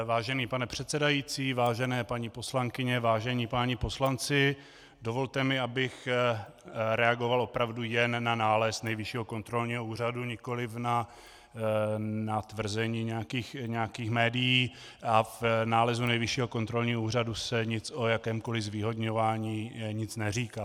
Vážený pane předsedající, vážené paní poslankyně, vážení páni poslanci, dovolte mi, abych reagoval opravdu jen na nález Nejvyššího kontrolního úřadu, nikoli na tvrzení nějakých médií, a v nálezu Nejvyššího kontrolního úřadu se nic o jakémkoli zvýhodňování neříká.